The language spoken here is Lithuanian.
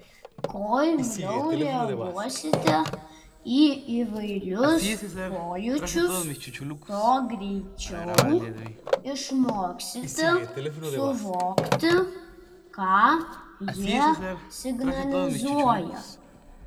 kuo imliau reaguosite į įvairius pojūčius tuo greičiau išmoksite suvokti ką jie signalizuoja